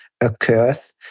occurs